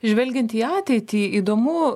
žvelgiant į ateitį įdomu